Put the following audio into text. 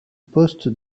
poste